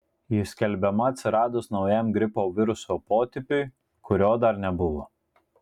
ji skelbiama atsiradus naujam gripo viruso potipiui kurio dar nebuvo